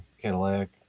cadillac